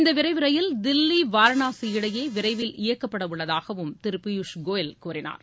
இந்த விரைவு ரயில் தில்லி வாரணாசி இடையே விரைவில் இயக்கப்படவுள்ளதாகவும் திரு பியூஷ் கோயல் கூறினார்